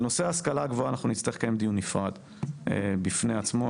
על נושא ההשכלה הגבוהה אנחנו נצטרך לקיים דיון נפרד בפני עצמו.